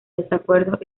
desacuerdos